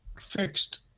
fixed